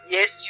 Yes